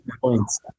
Points